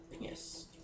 Yes